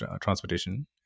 transportation